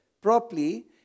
properly